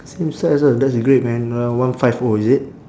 same size ah that's great man uh one five O is it